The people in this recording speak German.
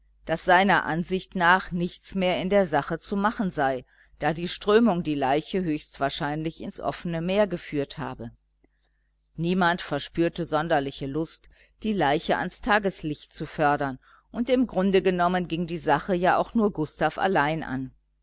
daß seiner ansicht nach nichts mehr in der sache zu machen sei da die strömung die leiche höchstwahrscheinlich ins offene meer geführt habe niemand verspürte sonderliche lust die leiche ans tageslicht zu fördern und im grunde genommen ging die sache ja auch nur gustav allein an